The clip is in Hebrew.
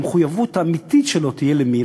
המחויבות האמיתית שלו תהיה למי?